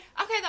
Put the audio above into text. Okay